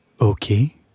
Okay